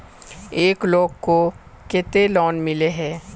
एक लोग को केते लोन मिले है?